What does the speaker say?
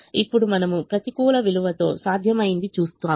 ఇప్పుడు మనము ప్రతికూల విలువతో సాధ్యమైంది చూస్తాము